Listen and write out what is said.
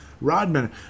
Rodman